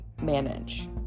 manage